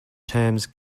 terms